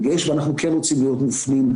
אתם רואים: